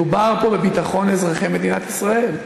מדובר פה בביטחון אזרחי מדינת ישראל.